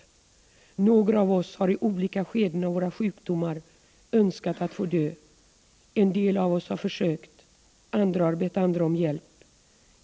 Några av oss har i olika skeden av våra sjukdomar önskat att få dö, en del av oss har försökt, andra har bett andra om hjälp.